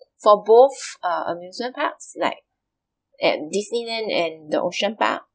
mm so both uh amusement parks like at disneyland and the ocean park